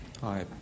Hi